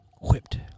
Whipped